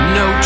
no